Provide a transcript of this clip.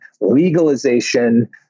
legalization